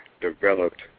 developed